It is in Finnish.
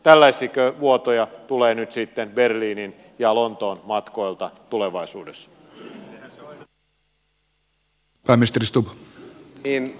tällaisiako vuotoja tulee nyt sitten berliinin ja lontoon matkoilta tulevaisuudessa